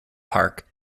park